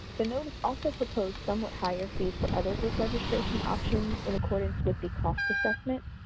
the notice also proposed somewhat higher fees for other group registration options in accordance with the cost assessment,